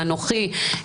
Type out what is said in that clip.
אנוכי,